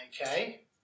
Okay